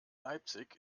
leipzig